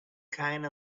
kind